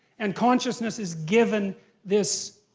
and consciousness is given this